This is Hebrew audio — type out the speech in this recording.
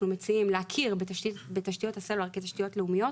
מציעים להכיר בתשתיות הסלולר כתשתיות לאומיות